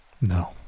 No